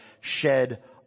shed